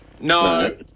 No